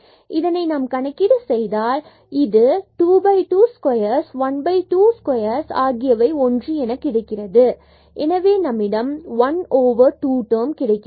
இதனை நாம் கணக்கீடு செய்தால் இந்த இது 2 2 squares 1 2 ஆகியவை ஒன்று என கிடைக்கிறது எனவே நம்மிடம் ஒன் ஓவர் 2 term கிடைக்கிறது